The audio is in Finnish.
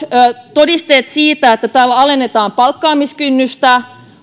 todisteet siitä että tällä alennetaan palkkaamiskynnystä